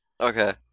Okay